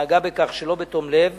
ונהגה בכך שלא בתום לב,